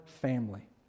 family